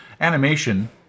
animation